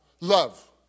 Love